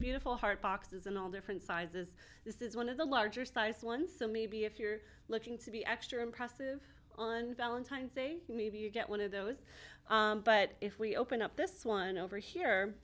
beautiful heart boxes in all different sizes this is one of the larger sized ones so maybe if you're looking to be extra impressive on valentine's day maybe you get one of those but if we open up this one over here